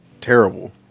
Terrible